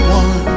one